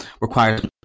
requires